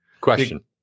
Question